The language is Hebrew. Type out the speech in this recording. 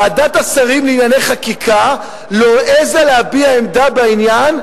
ועדת השרים לענייני חקיקה לא העזה להביע עמדה בעניין,